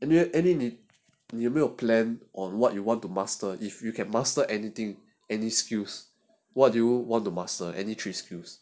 anyway anyway 你有没有 plan on what you want to master if you can master anything any skills what do you want to master any three skills